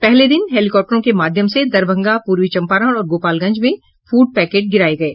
पहले दिन हेलीकॉप्टरों के माध्यम से दरभंगा पूर्वी चम्पारण और गोपालगंज में फूड पैकेट गिराये गये